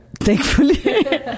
thankfully